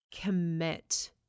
Commit